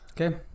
Okay